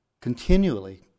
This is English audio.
continually